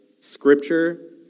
scripture